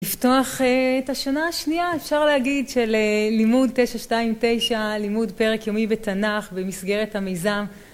לפתוח את השנה השנייה אפשר להגיד של לימוד 929 לימוד פרק יומי בתנ"ך במסגרת המיזם